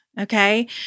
okay